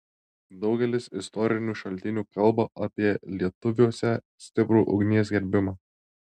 daugelis istorinių šaltinių kalba apie lietuviuose stiprų ugnies gerbimą